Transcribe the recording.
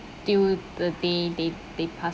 they'll the day they they pass